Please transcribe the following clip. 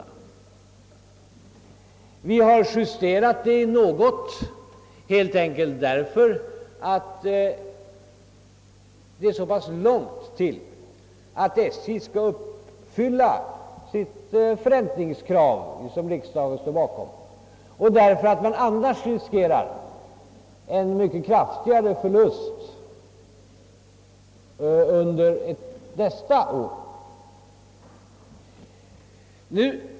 Regeringen har justerat upp höjningarna något därför att det annars är så mycket som fattas för att SJ skall kunna uppfylla det förräntningskrav som riksdagen står bakom och att man skulle riskera en mycket kraftigare förlust under nästa år.